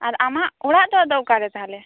ᱟᱨ ᱟᱢᱟᱜ ᱚᱲᱟᱜ ᱫᱚ ᱚᱠᱟᱨᱮ ᱛᱟᱦᱚᱞᱮ